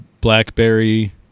blackberry